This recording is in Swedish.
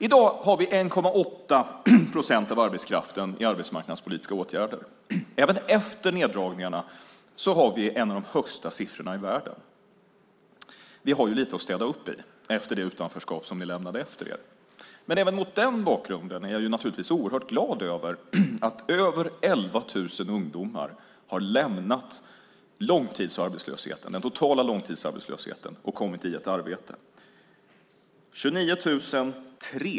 I dag har vi 1,8 procent av arbetskraften i arbetsmarknadspolitiska åtgärder. Även efter neddragningarna har vi en av de högsta siffrorna i världen. Vi har lite att städa upp i det utanförskap ni lämnade efter er. Men även mot den bakgrunden är jag naturligtvis oerhört glad över att över 11 000 ungdomar har lämnat den totala långtidsarbetslösheten och kommit i arbete.